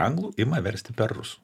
anglų ima versti per rusų